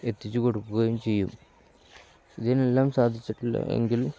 എത്തിച്ചുകൊടുക്കുകയും ചെയ്യും ഇതിനെല്ലാം സാധിച്ചിട്ടില്ല എങ്കിൽ